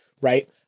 Right